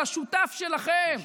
אל השותף שלכם,